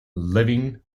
living